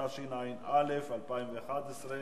התשע"א 2011,